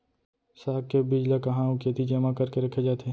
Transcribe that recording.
साग के बीज ला कहाँ अऊ केती जेमा करके रखे जाथे?